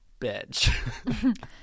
bitch